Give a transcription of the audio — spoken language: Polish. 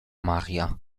maria